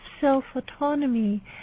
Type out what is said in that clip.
self-autonomy